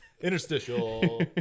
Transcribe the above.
Interstitial